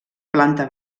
planta